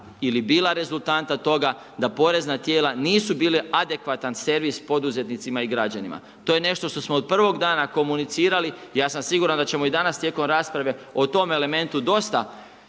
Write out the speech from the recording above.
ili bila rezultanta toga da porezna tijela nisu bile adekvatan servis poduzetnicima i građanima. To je nešto što smo od prvog dana komunicirali i ja sam siguran da ćemo i danas tijekom rasprave o tom elementu dosta,